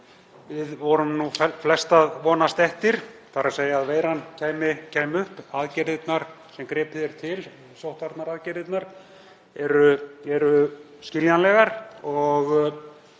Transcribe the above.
við vorum nú flest að vonast eftir, þ.e. að veiran kæmi upp. Aðgerðirnar sem gripið er til, sóttvarnaaðgerðirnar, eru skiljanlegar og